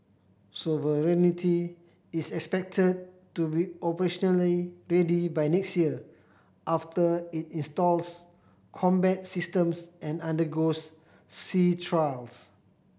sovereignty is expected to be operationally ready by next year after it installs combat systems and undergoes sea trials